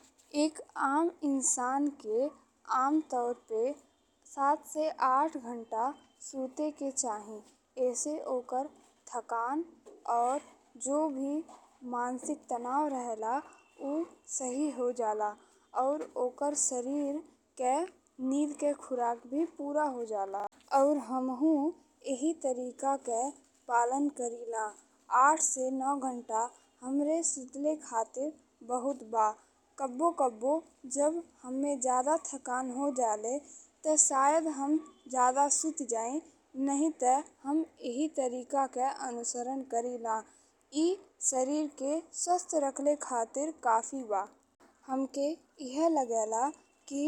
एक आम इंसान के आमतौर पे सात से आठ घंटा सुतके चाही। ऐसे ओकर थकान और जउन भी मानसिक तनाव रईला ऊ सही हो जाला और ओकर शरीर के नींद के खुराक भी पूरा हो जाला और हमहुँ इही तरीका के पालन करिला। आठ से नौ घंटा हमरा सुतले खातिर बहुत बा। कबो कबो जब हममे जादा थकान हो जाले ते सायद हम जादा सूति जाई न यी ते हम इही तरीका के अनुसरण कईला। ए शरीर के स्वस्थ रखले खातिर काफी बा। हमके इहे लागेला कि